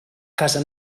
casa